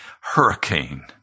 Hurricane